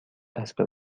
اسب